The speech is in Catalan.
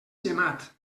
gemat